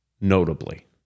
Notably